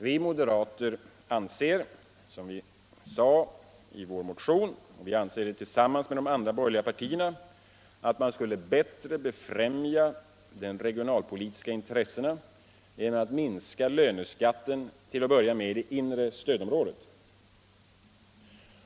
Vi moderater anser, som vi sagt i vår motion, tillsammans med de andra borgerliga partierna att man skulle bättre befrämja de regionalpolitiska intressena genom att minska löneskatten till att börja med i det inre stödområdet.